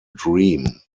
dream